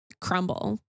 crumble